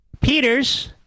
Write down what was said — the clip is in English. Peters